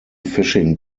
fishing